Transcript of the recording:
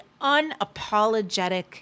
unapologetic